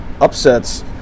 upsets